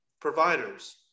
providers